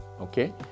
okay